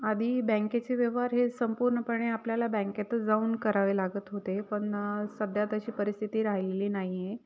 आधी बँकेचे व्यवहार हे संपूर्णपणे आपल्याला बँकेेत जाऊन करावे लागत होते पण सध्या तशी परिस्थिती राहिलेली नाही आहे